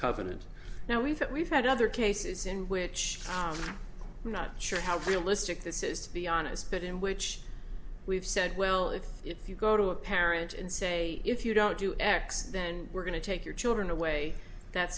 covenant now we thought we've had other cases in which we're not sure how realistic this is to be honest but in which we've said well if if you go to a parent and say if you don't do x then we're going to take your children away that